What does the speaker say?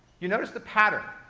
you notice the pattern,